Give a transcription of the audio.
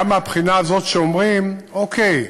גם מהבחינה הזאת שאומרים: אוקיי,